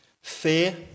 fear